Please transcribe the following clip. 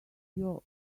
your